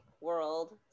world